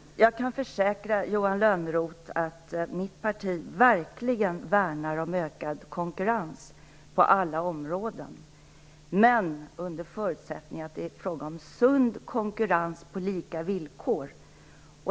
Jag kan försäkra Johan Lönnroth om att mitt parti verkligen värnar om ökad konkurrens på alla områden. Men det är under förutsättning att det är fråga om sund konkurrens på lika villkor.